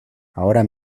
ahora